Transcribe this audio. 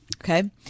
okay